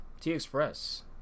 T-Express